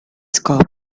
scopi